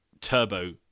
turbo